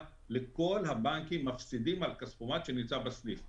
וכל הבנקים מפסידים על כספומט שנמצא בסניף,